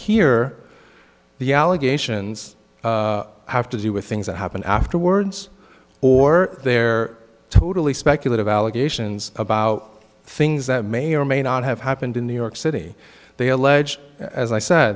here the allegations have to do with things that happened afterwards or they're totally speculative allegations about things that may or may not have happened in new york city they allege as i sa